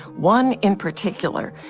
one in particular.